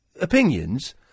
opinions